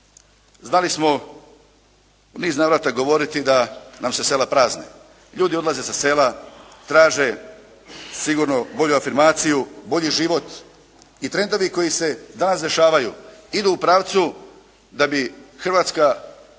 Znali smo u niz navrata govoriti da nam se sela prazne. Ljudi odlaze sa sela, traže sigurno bolju afirmaciju, bolji život i trendovi koji se danas dešavaju idu u pravcu da bi Hrvatska